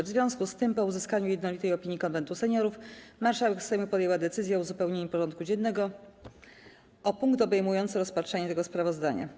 W związku z tym, po uzyskaniu jednolitej opinii Konwentu Seniorów, marszałek Sejmu podjęła decyzję o uzupełnieniu porządku dziennego o punkt obejmujący rozpatrzenie tego sprawozdania.